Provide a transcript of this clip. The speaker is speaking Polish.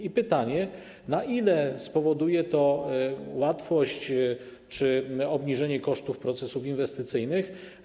I pytanie: Na ile spowoduje to łatwość czy obniżenie kosztów procesów inwestycyjnych?